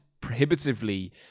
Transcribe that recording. prohibitively